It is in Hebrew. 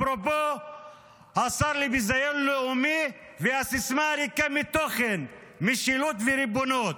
אפרופו השר לביזיון לאומי והסיסמה הריקה מתוכן "משילות וריבונות"